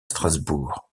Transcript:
strasbourg